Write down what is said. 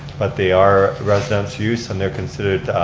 but they are residential use and they're considered